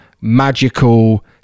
magical